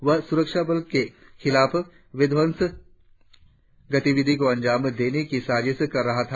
वह सुरक्षाबलों के खिलाफ विध्वंसक गतिविधियों को अंजाम देने की साजिश कर रहा था